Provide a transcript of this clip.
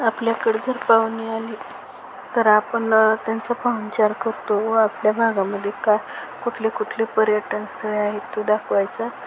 आपल्याकडे जर पाहुणे आले तर आपण त्यांचा पाहुणचार करतो व आपल्या भागामध्ये काय कुठले कुठले पर्यटनस्थळे आहेत तो दाखवायचा